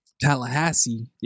Tallahassee